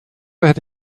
hätte